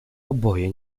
oboje